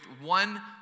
one